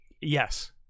yes